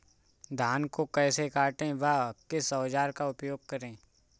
धान को कैसे काटे व किस औजार का उपयोग करें?